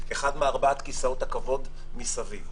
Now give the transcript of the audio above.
אחד מארבעת כיסאות הכבוד מסביב,